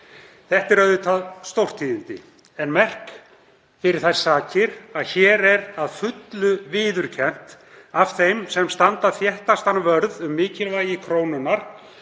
Þetta eru auðvitað stórtíðindi en merk fyrir þær sakir að hér er að fullu viðurkennt af þeim sem standa þéttastan vörð um mikilvægi krónunnar